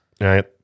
right